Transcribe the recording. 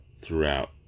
throughout